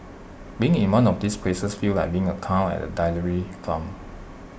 being in one of these places feels like being A cow at A dairy farm